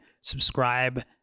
Subscribe